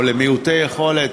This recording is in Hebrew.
או למעוטי יכולת,